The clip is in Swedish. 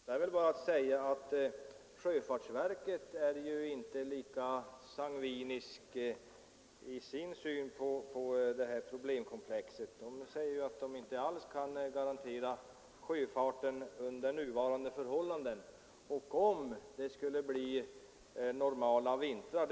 Herr talman! Till det sista är väl bara att säga att sjöfartsverket inte är lika sangviniskt i sin syn på det här problemkomplexet. Verket säger sig inte alls kunna garantera sjöfarten under nuvarande förhållanden och om det skulle bli normala vintrar.